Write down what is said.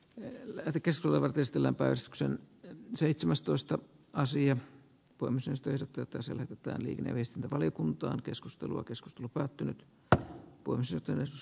edelleen tekes voivat pistellä päästäkseen seitsemästoista asian tuomisesta ja tätä selvitetään liikenneviestintävaliokuntaan keskustelua keskustelu päättynyt tapposyyte myös